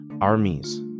armies